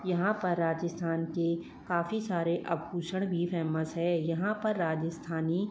यहाँ पर राजस्थान के काफ़ी सारे आभूषण भी फेमस हैं यहाँ पर राजस्थानी